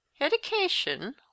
Education